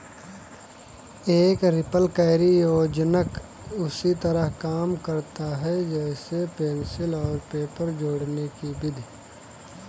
एक रिपलकैरी योजक उसी तरह काम करता है जैसे पेंसिल और पेपर जोड़ने कि विधि